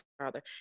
Father